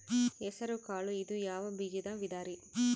ಹೆಸರುಕಾಳು ಇದು ಯಾವ ಬೇಜದ ವಿಧರಿ?